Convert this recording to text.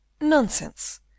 Nonsense